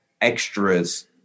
extras